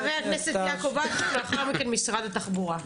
חבר הכנסת יעקב אשר ולאחר מכן משרד התחבורה.